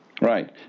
Right